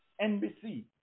NBC